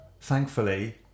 thankfully